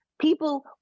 People